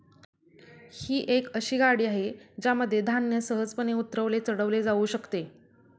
ही एक अशी गाडी आहे ज्यामध्ये धान्य सहजपणे उतरवले चढवले जाऊ शकते